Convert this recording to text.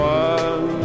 one